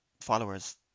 followers